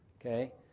Okay